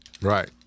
Right